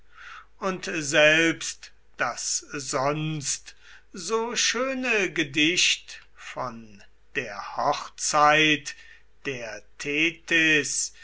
und selbst das sonst so schöne gedicht von der hochzeit der thetis